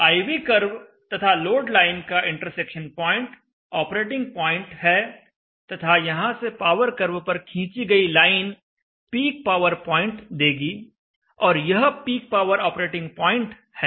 I V curve तथा load line का intersection point operating point है तथा यहां से पावर कर्व पर खींची गई लाइन पीक पावर पॉइंट देगी और यह पीक पावर ऑपरेटिंग पॉइंट है